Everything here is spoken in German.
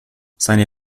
seine